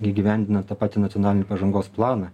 įgyvendinant tą patį nacionalinį pažangos planą